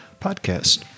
podcast